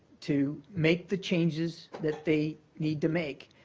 to make the changes that they need to make